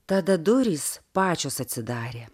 tada durys pačios atsidarė